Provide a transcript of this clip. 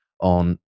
on